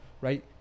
right